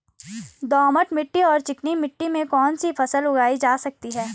दोमट मिट्टी और चिकनी मिट्टी में कौन कौन सी फसलें उगाई जा सकती हैं?